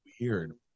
Weird